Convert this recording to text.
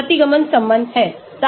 प्रतिगमन संबंध है